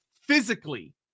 physically